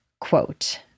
Quote